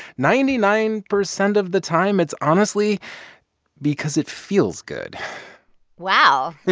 ninety nine percent of the time, it's honestly because it feels good wow.